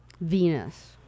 Venus